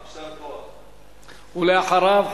ואחריו,